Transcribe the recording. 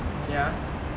ya